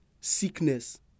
sickness